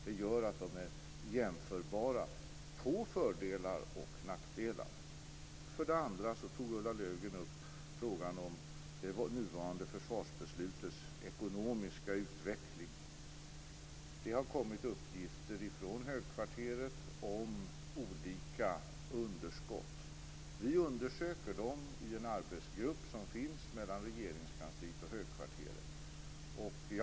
Det gör att de är jämförbara - på fördelar och nackdelar. För det andra tog Ulla Löfgren upp frågan om det nuvarande försvarsbeslutets ekonomiska utveckling. Det har kommit uppgifter från högkvarteret om olika underskott. Vi undersöker dem i en arbetsgrupp mellan Regeringskansliet och högkvarteret.